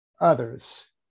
others